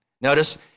notice